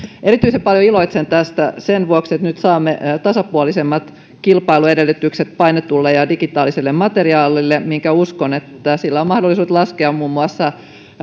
erityisen paljon iloitsen tästä sen vuoksi että nyt saamme tasapuolisemmat kilpailuedellytykset painetulle ja ja digitaaliselle materiaalille ja uskon että sillä on mahdollisuudet laskea muun muassa